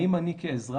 האם אני כאזרח